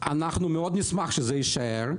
אנחנו מאוד נשמח שזה יישאר.